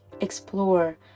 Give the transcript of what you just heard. explore